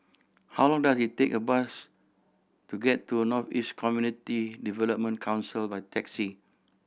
how long does it take a bus to get to North East Community Development Council by taxi